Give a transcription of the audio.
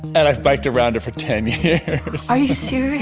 and i've biked around it for ten years. are you serious?